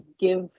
give